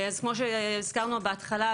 אז כמו שהזכרנו בהתחלה,